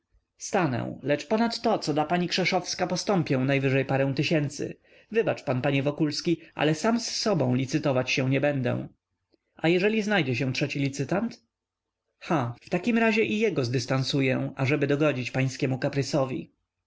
stanę lecz ponad to co da pani krzeszowska postąpię najwyżej parę tysięcy wybacz pan panie wokulski ale sam z sobą licytować się nie będę a jeżeli znajdzie się trzeci licytant ha w takim razie i jego zdystansuję ażeby dogodzić pańskiemu